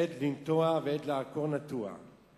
עת לנטוע ועת לעקור נטוע.